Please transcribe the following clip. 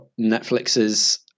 Netflix's